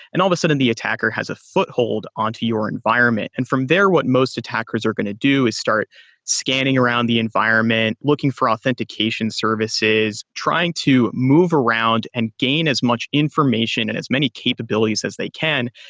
and all of a sudden the attacker has a foothold on to your environment. and from there what most attackers are going to do is start scanning around the environment, looking for authentication services. trying to move around and gain as much information, and as many capabilities as they can.